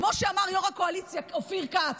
וכמו שאמר יו"ר הקואליציה אופיר כץ: